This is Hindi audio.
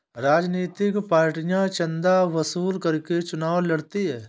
राजनीतिक पार्टियां चंदा वसूल करके चुनाव लड़ती हैं